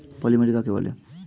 পলি মাটি কাকে বলে?